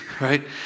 right